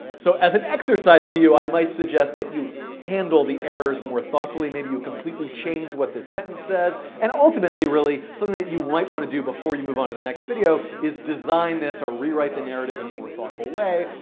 so as an exercise to you, i might suggest that you handle the errors more thoughtfully. maybe you completely change what the sentence says. and ultimately, really, something that you won't want to do before you move on to the next video is design this or rewrite the narrative in a more thoughtful way.